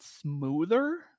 smoother